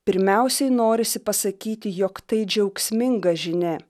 pirmiausiai norisi pasakyti jog tai džiaugsminga žinia